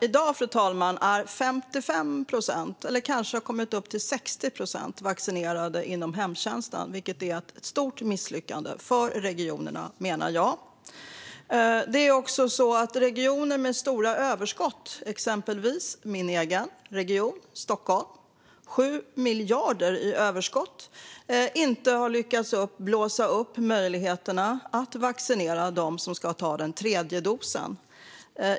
I dag, fru talman, är det 55 procent - eller vi kanske har kommit upp i 60 procent - som är vaccinerade inom hemtjänsten, vilket jag menar är ett stort misslyckande för regionerna. Det är dessutom så att regioner med stora överskott - exempelvis min egen hemregion Region Stockholm, som har 7 miljarder i överskott - inte har lyckats blåsa upp möjligheterna att vaccinera dem som ska ta den tredje dosen.